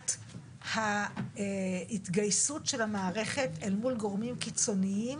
שאלת ההתגייסות של המערכת אל מול גורמים קיצוניים